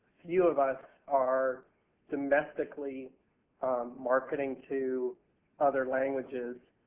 few of us are domestically marketing to other languages